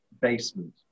basement